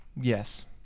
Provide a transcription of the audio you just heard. Yes